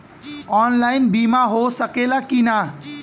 Online बीमा हो सकेला की ना?